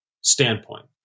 standpoint